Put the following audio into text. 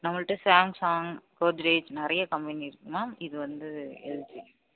நம்மள்ட்ட சேம்சங் கோத்ரேஜ் நிறைய கம்பெனி இருக்குது மேம் இது வந்து எல்ஜி